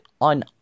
on